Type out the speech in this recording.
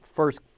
First